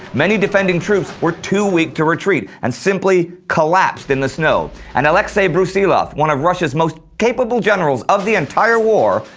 many defending troops were too weak to retreat and simply collapsed in the snow, and alexei brusilov, one of russia's most capable generals of the entire war,